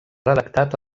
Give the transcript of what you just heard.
redactat